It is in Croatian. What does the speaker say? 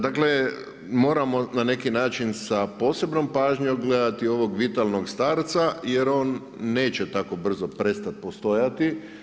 Dakle, moramo na neki način sa posebnom pažnjom gledati ovog vitalnog starca, jer on neće tako brzo prestati postojati.